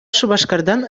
шупашкартан